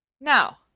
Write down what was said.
Now